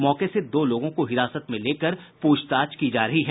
मौके से दो लोगों को हिरासत में लेकर पूछताछ की जा रही है